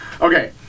Okay